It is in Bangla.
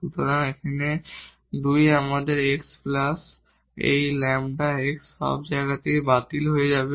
সুতরাং এই 2 আমাদের x এবং প্লাস এই λ x সব জায়গা থেকে বাতিল হয়ে যাবে